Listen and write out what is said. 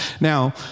Now